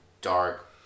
dark